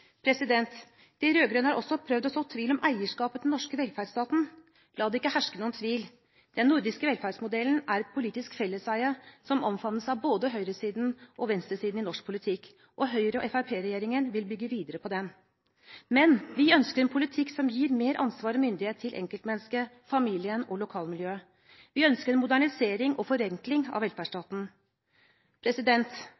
De rød-grønne har også prøvd å så tvil om eierskapet til den norske velferdsstaten. La det ikke herske noen tvil, den nordiske velferdsmodellen er et politisk felleseie som omfavnes av både høyresiden og venstresiden i norsk politikk, og Høyre–Fremskrittsparti-regjeringen vil bygge videre på den. Men vi ønsker en politikk som gir mer ansvar og myndighet til enkeltmennesket, familien og lokalmiljøet. Vi ønsker en modernisering og forenkling av